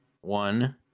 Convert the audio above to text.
One